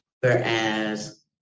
Whereas